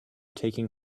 taking